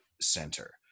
center